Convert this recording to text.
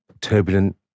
turbulent